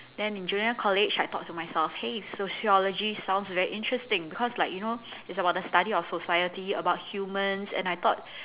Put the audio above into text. then in junior college I thought to myself hey sociology sounds very interesting because like you know it's about the study of society about humans and I thought